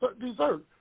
dessert